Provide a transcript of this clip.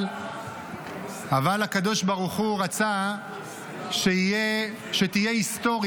אבל הקדוש ברוך הוא רצה שתהיה היסטוריה,